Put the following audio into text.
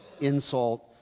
insult